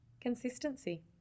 Consistency